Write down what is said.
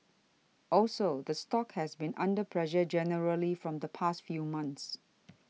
also the stock has been under pressure generally from the past few months